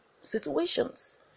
situations